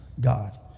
God